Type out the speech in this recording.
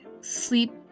sleep